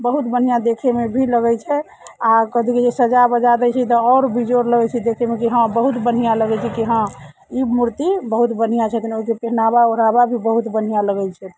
बहुत बढ़िआँ देखैमे भी लगैत छै आ कथी कहैत छै सजा वजा दैत छै तऽ आओर बेजोड़ लगैत छै देखैमे जे बहुत बढ़िआँ लगैत छै कि हँ ई मूर्ति बहुत बढ़िआँ छथिन जे पहिनावा ओढ़ावा भी बहुत बढ़िआँ लगैत छथिन